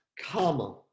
comma